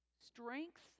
Strength